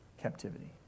captivity